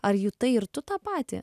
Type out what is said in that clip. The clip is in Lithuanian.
ar jutai ir tu tą patį